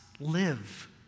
live